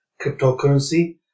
cryptocurrency